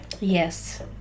Yes